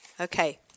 Okay